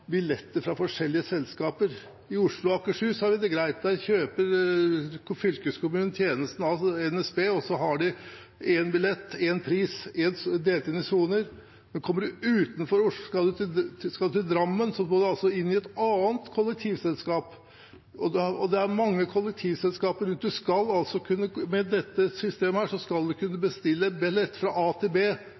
billetter fra forskjellige selskaper. I Oslo og Akershus har vi det greit. Der kjøper fylkeskommunen tjenesten av NSB, og de har én billett, én pris, delt inn i soner. Skal man til Drammen, må man benytte et annet kollektivselskap. Det er mange kollektivselskaper rundt omkring. Med dette systemet skal man kunne bestille billett fra A til B,